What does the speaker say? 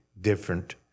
different